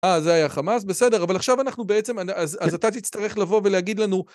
אה, זה היה חמאס? בסדר. אבל עכשיו אנחנו בעצם... אז אתה תצטרך לבוא ולהגיד לנו